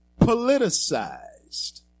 politicized